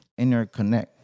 interconnect